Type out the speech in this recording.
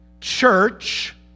church